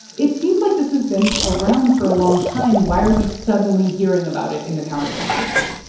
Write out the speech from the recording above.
it seems like this has been around for a long time. why are we suddenly hearing about it in the countertop industry?